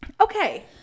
Okay